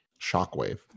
Shockwave